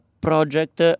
project